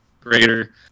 greater